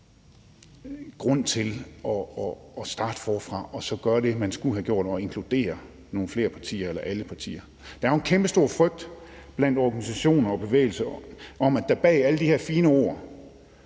grund til at starte forfra og gøre det, man skulle have gjort, nemlig at inkludere nogle flere partier eller alle partier. Der er jo en kæmpestor frygt blandt organisationer og i bevægelsen for, at der bag alle de her fine ord